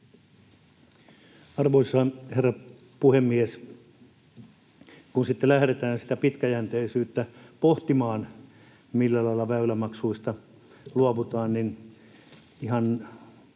Arvoisa herra puhemies! Kun sitten lähdetään sitä pitkäjänteisyyttä pohtimaan, millä lailla väylämaksuista luovutaan, niin ihan